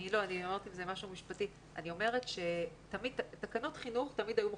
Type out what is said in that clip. אני אומרת שתקנות חינוך תמיד היו מוחרגות.